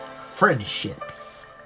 Friendships